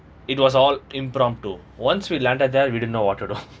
it was all impromptu once we landed there we didn't know what to do